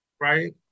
right